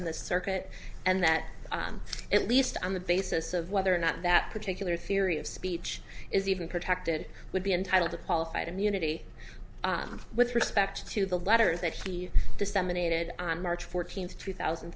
in the circuit and that at least on the basis of whether or not that particular theory of speech is even protected would be entitled to qualified immunity with respect to the letter that he disseminated on march fourteenth two thousand